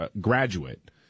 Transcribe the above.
graduate